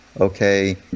okay